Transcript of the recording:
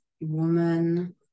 woman